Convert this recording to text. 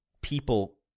people